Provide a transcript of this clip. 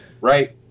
Right